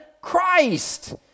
Christ